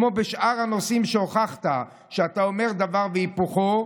כמו בשאר הנושאים שהוכחת שאתה אומר דבר והיפוכו,